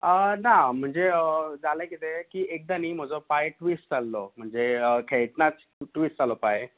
आ ना म्हणजे जालें किदें की एकदां न्ही म्हजो पांय ट्विस्ट जाल्लो म्हणजे खेळटनाच ट्विस जालो पांय